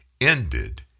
ended